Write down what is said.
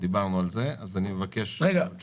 אני מבקש את תשובתכם.